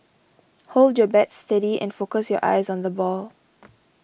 hold your bat steady and focus your eyes on the ball